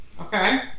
Okay